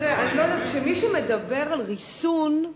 תראה, כשמישהו מדבר על ריסון,